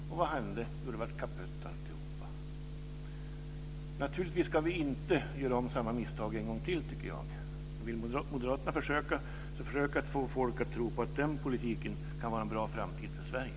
Jo, alltihop blev kaputt. Vi ska naturligtvis inte göra om samma misstag en gång till. Moderaterna kan försöka att få människor att tro att den politiken kan vara en bra framtid för Sverige.